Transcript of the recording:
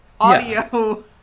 audio